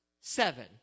seven